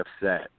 upset